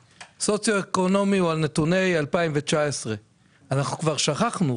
וזה על נתוני 2019. כבר שכחנו,